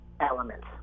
elements